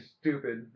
stupid